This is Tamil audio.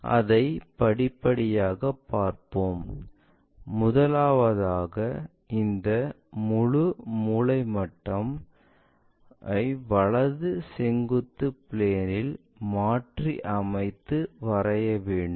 அதை படிப்படியாக பார்ப்போம் முதலாவதாக இந்த முழு மூலை மட்டம் ஐ வலது செங்குத்து பிளேன் இல் மாற்றி அமைத்து வரைய வேண்டும்